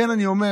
לכן אני אומר,